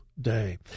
day